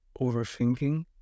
overthinking